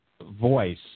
voice